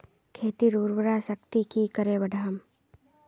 खेतीर उर्वरा शक्ति की करे बढ़ाम?